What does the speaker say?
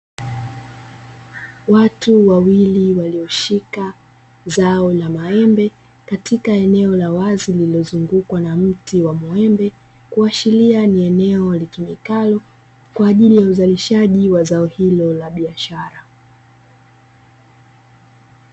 Watu wawili walioshika zao la maembe katika eneo la wazi lililozungukwa na mti wa mwembe kuashiria ni eneo litumikalo kwa ajili ya uzalishaji wa zao hilo la biashara.